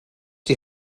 die